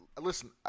Listen